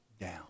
down